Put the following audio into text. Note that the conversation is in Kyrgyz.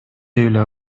эле